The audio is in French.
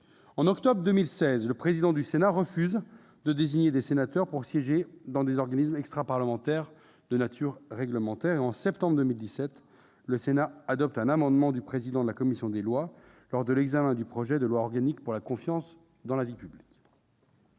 En octobre 2016, le président du Sénat a refusé de désigner des sénateurs pour siéger dans des organismes extraparlementaires de nature réglementaire. Puis, en septembre 2017, le Sénat a adopté, sur l'initiative du président de la commission des lois, un amendement au projet de loi organique pour la confiance dans la vie politique.